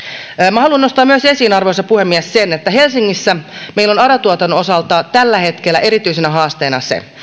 minä haluan nostaa myös esiin arvoisa puhemies sen että helsingissä meillä on ara tuotannon osalta tällä hetkellä erityisenä haasteena se